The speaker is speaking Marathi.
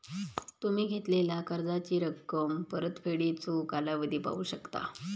तुम्ही घेतलेला कर्जाची रक्कम, परतफेडीचो कालावधी पाहू शकता